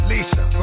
Lisa